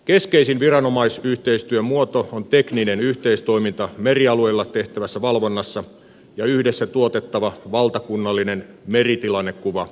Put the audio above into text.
keskeisin viranomaisyhteistyön muoto on tekninen yhteistoiminta merialueella tehtävässä valvonnassa ja yhdessä tuotettava valtakunnallinen meritilannekuva